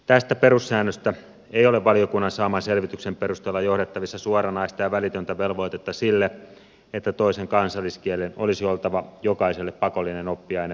tästä perussäännöstä ei ole valiokunnan saaman selvityksen perusteella johdettavissa suoranaista ja välitöntä velvoitetta sille että toisen kansalliskielen olisi oltava jokaiselle pakollinen oppiaine perusopetuksessa